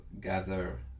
gather